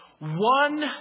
One